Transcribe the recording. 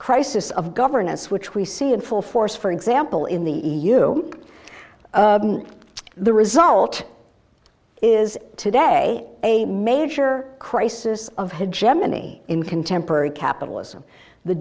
crisis of governance which we see in full force for example in the e u the result is today a major crisis of his gemini in contemporary capitalism the